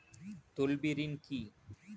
তলবি ঋন কি?